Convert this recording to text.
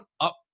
up